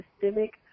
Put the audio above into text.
systemic